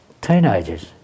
teenagers